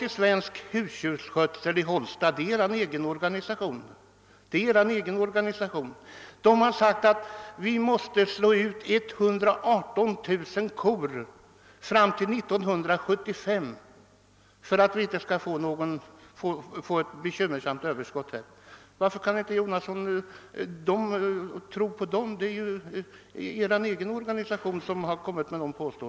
Men Svensk husdjursskötsel har sagt att vi måste slå ut 118000 kor fram till 1975 om vi inte skall få ett bekymmersamt mjölköverskott. Varför kan inte herr Jonasson tro på dessa uppgifter? Det är ju er egen organisation som har kommit med dem.